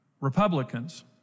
Republicans